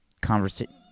conversation